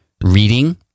reading